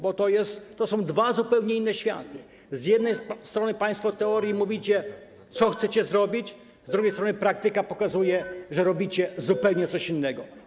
Bo to są dwa zupełnie inne światy: z jednej strony państwo w teorii mówicie, co chcecie zrobić, z drugiej strony praktyka pokazuje, że robicie zupełnie coś innego.